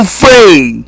free